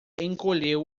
encolheu